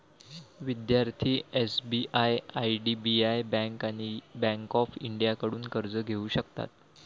विद्यार्थी SBI IDBI bank आणि bank of इंडियाकडून कर्ज घेऊ शकतात